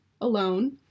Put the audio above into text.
alone